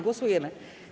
Głosujemy.